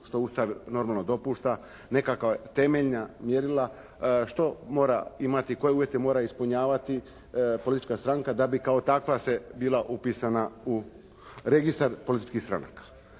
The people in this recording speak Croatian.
što Ustav normalno dopušta nekakva temeljna mjerila što mora imati, koje uvjete mora ispunjavati politička stranka da bi kao takva se bila upisana u registar političkih stranaka.